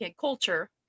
culture